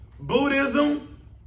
Buddhism